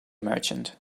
merchant